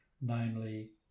namely